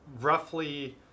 roughly